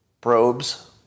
probes